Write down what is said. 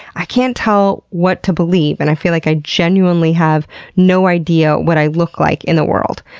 i can't tell what to believe, and i feel like i genuinely have no idea what i look like in the world.